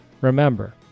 remember